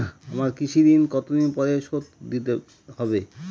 আমার কৃষিঋণ কতদিন পরে শোধ দিতে হবে?